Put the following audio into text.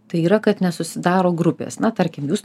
tai yra kad nesusidaro grupės na tarkim jūs